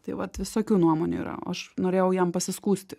tai vat visokių nuomonių yra o aš norėjau jam pasiskųsti